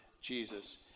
Jesus